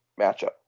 matchup